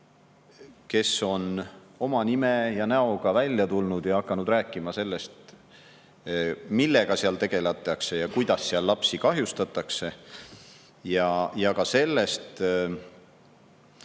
kes on oma nime ja näoga välja tulnud ja hakanud rääkima sellest, millega seal tegeletakse ja kuidas seal lapsi kahjustatakse. Ja ka sellest,